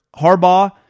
Harbaugh